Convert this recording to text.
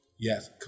Yes